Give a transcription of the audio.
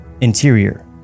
Interior